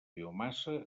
biomassa